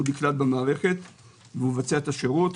נקלט במערכת ומבצע את השירות.